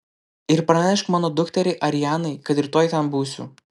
ir pranešk mano dukteriai arianai kad rytoj ten būsiu